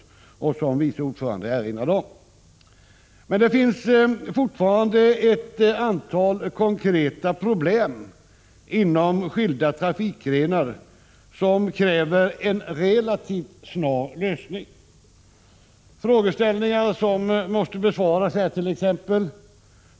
Trafikutskottets vice ordförande erinrade också om detta. Men det finns fortfarande inom skilda trafikgrenar ett antal konkreta problem som kräver en relativt snar lösning. En fråga som måste besvaras ärt.ex.